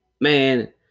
man